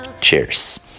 Cheers